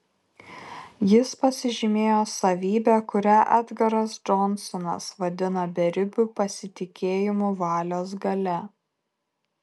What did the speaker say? jis pasižymėjo savybe kurią edgaras džonsonas vadina beribiu pasitikėjimu valios galia